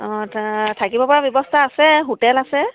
অঁ তা থাকিব পৰা ব্যৱস্থা আছে হোটেল আছে